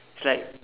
it's like